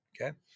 okay